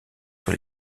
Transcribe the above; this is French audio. sur